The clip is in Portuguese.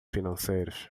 financeiros